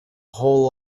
whole